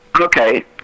Okay